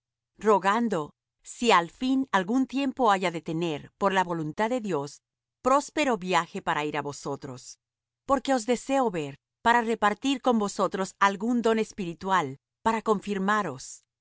rogando si al fin algún tiempo haya de tener por la voluntad de dios próspero viaje para ir á vosotros porque os deseo ver para repartir con vosotros algún don espiritual para confirmaros